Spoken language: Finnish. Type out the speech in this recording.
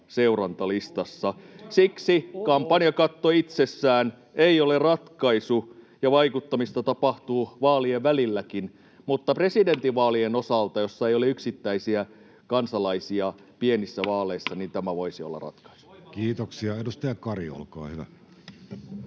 Siksi kampanjakatto itsessään ei ole ratkaisu ja vaikuttamista tapahtuu vaalien välilläkin. Mutta presidentinvaalien osalta, joissa ei ole yksittäisiä kansalaisia pienissä vaaleissa, tämä voisi olla ratkaisu. [Speech 7] Speaker: Jussi Halla-aho